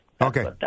Okay